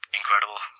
incredible